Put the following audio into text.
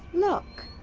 look.